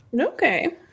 okay